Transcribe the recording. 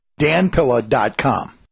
danpilla.com